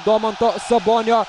domanto sabonio